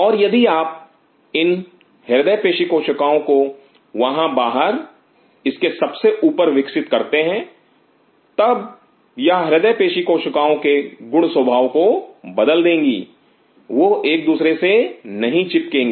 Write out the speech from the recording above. और यदि आप इन हृदय पेशीकोशिकाओं को वहां बाहर इसके सबसे ऊपर विकसित करते हैं तब यह हृदय पेशीकोशिकाओं के गुण स्वभाव को बदल देंगी वह एक दूसरे से नहीं चिपकेगी